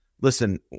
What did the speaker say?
listen